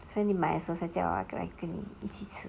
所以你 might as well 叫人家跟你一起吃